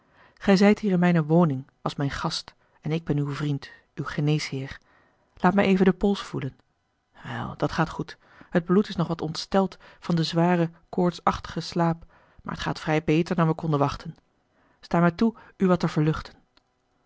gij zijt hier in mijne woning als mijn gast en ik ben uw vriend uw geneesheer laat mij even den pols voelen wel dat gaat goed het bloed is nog wat ontsteld van den zwaren a l g bosboom-toussaint de delftsche wonderdokter eel osboom slaap maar t gaat vrij beter dan we konden wachten sta me toe u wat te verluchten